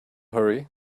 hurry